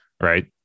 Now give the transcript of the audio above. right